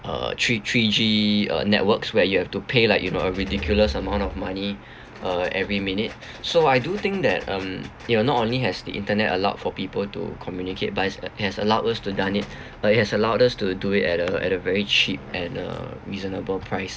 uh three three G uh networks where you have to pay like you know a ridiculous amount of money uh every minute so I do think that um you know not only has the internet allowed for people to communicate but it's has allowed us to done it uh it has allowed us to do it at a at a very cheap and uh reasonable price